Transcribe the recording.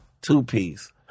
two-piece